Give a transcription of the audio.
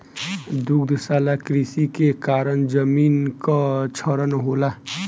दुग्धशाला कृषि के कारण जमीन कअ क्षरण होला